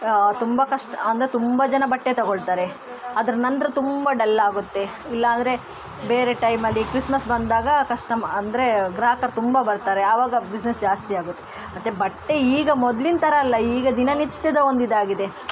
ತುಂಬ ಕಷ್ಟ ಅಂದ್ರ ತುಂಬ ಜನ ಬಟ್ಟೆ ತಗೊಳ್ತಾರೆ ಅದರ ನಂತರ ತುಂಬ ಡಲ್ ಆಗುತ್ತೆ ಇಲ್ಲ ಅಂದರೆ ಬೇರೆ ಟೈಮಲ್ಲಿ ಕ್ರಿಸ್ಮಸ್ ಬಂದಾಗ ಕಸ್ಟಮ್ ಅಂದರೆ ಗ್ರಾಹಕರು ತುಂಬ ಬರ್ತಾರೆ ಆವಾಗ ಬಿಸ್ನೆಸ್ ಜಾಸ್ತಿ ಆಗುತ್ತೆ ಮತ್ತು ಬಟ್ಟೆ ಈಗ ಮೊದ್ಲಿನ ಥರ ಅಲ್ಲ ಈಗ ದಿನನಿತ್ಯದ ಒಂದು ಇದಾಗಿದೆ